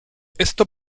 esto